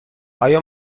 آیا